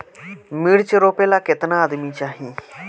मिर्च रोपेला केतना आदमी चाही?